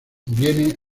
viene